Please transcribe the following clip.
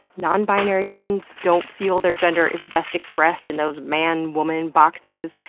non-binary friends don't feel their gender is best expressed in those man women boxes.